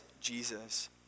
Jesus